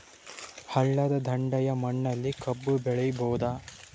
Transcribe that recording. ಹಳ್ಳದ ದಂಡೆಯ ಮಣ್ಣಲ್ಲಿ ಕಬ್ಬು ಬೆಳಿಬೋದ?